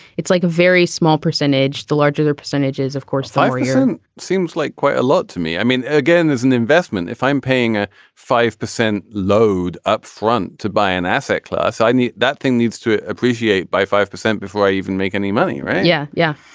it's like a very small percentage the larger percentages of course reason seems like quite a lot to me. i mean again there's an investment if i'm paying a five percent load upfront to buy an asset class i need that thing needs to appreciate by five percent before i even make any money. right. yeah yeah.